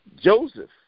Joseph